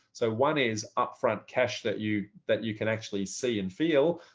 so one is upfront cash that you that you can actually see and feel.